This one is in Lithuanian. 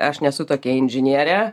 aš nesu tokia inžinierė